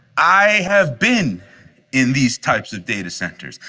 i have been in these types of data centers,